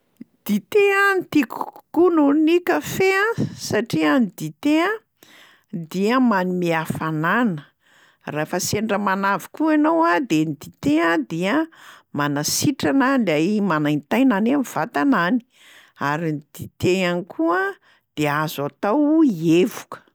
Dite a no tiako kokoa noho ny kafe a satria ny dite a dia manome hafanana, rafa sendra manavy koa ianao a de ny dite a dia manasitrana lay manaintaina any am'vatana any, ary ny dite ihany koa de azo atao hevoka.